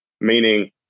meaning